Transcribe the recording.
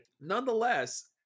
Nonetheless